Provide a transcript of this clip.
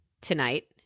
tonight